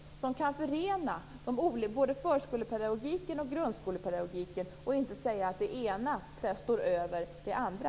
Verksamheten skall förena förskolepedagogiken och grundskolepedagogiken och inte säga att det ena står över det andra.